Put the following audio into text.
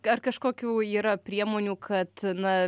ar kažkokių yra priemonių kad na